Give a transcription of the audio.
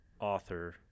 author